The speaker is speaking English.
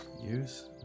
use